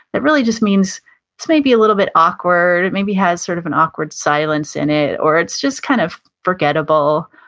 that really just means it's maybe a little bit awkward, it maybe has sort of an awkward silence in it or it's just kind of forgettable,